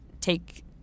take